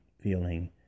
feeling